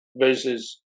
versus